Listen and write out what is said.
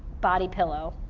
body pillow.